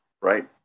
right